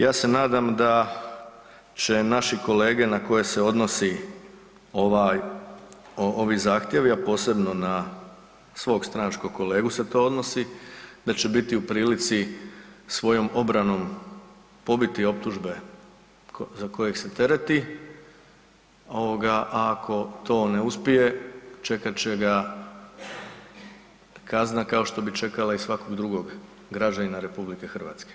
Ja se nadam da će naši kolege na koje se odnosi ovi zahtjevi, a posebno na svog stranačkog kolegu se to odnosi, da će biti u prilici svojom obranom pobiti optužbe za koje se tereti, ako to ne uspije čekat će ga kazna kao što bi čekala i svakog drugog građanina RH.